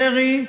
ירי,